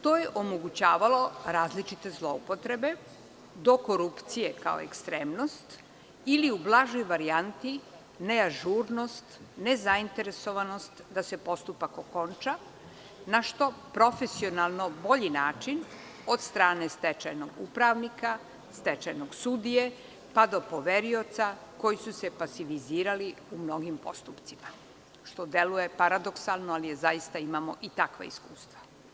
To je omogućavalo različite zloupotrebe do korupcije kao ekstremnost ili u blažoj varijanti neažurnost, nezainteresovanost da se postupak okonča na što profesionalno bolji način od strane stečajnog upravnika, stečajnog sudije pa do poverioca koji su se pasivizirali u mnogim postupcima, što deluje paradoksalno, ali zaista imamo i takva iskustva.